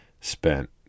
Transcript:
spent